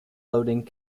loading